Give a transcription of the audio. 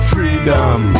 Freedom